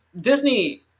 Disney